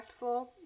impactful